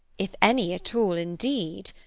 if any at all, indeed.